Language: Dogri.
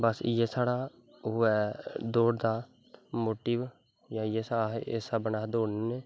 बस इयै साढ़ा ऐ दौड़ दा जां इस हिसाबै नै अस दौड़ने होने